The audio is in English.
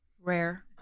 Rare